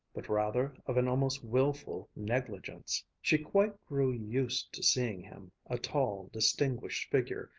but rather of an almost wilful negligence. she quite grew used to seeing him, a tall, distinguished figure,